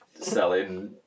selling